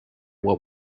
what